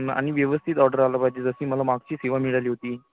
न आणि व्यवस्थित ऑडर आला पाहिजे जशी मला मागची सेवा मिळाली होती